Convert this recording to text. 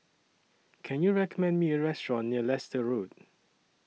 Can YOU recommend Me A Restaurant near Leicester Road